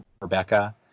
Rebecca